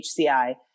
HCI